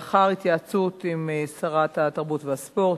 לאחר התייעצות עם שרת התרבות והספורט,